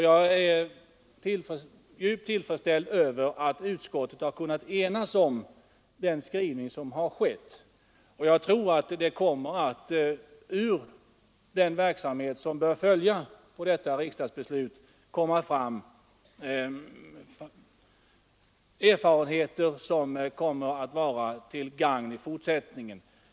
Jag är till freds med att utskottet har kunnat enas om den skrivning som nu föreligger, och jag tror att den verksamhet som bör följa på dagens riksdagsbeslut skall ge erfarenheter som kommer att vara till gagn i fortsättningen.